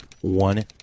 One